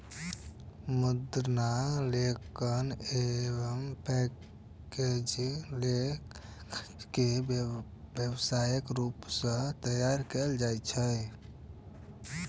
मुद्रण, लेखन एवं पैकेजिंग लेल कागज के व्यावसायिक रूप सं तैयार कैल जाइ छै